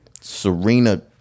Serena